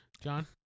John